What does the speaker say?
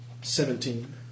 Seventeen